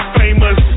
famous